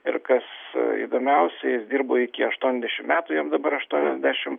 ir kas įdomiausia jis dirbo iki aštuoniasdešim metų jam dabar aštuoniasdešim